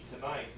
tonight